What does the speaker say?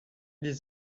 des